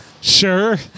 Sure